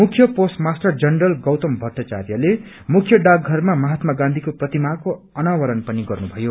मुख्य postmaster general Gautam भट्टाचार्यले मुख्य डाकघरमा महात्मा गाँधीको प्रतिमाको अनवरण पनि गरियो